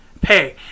pay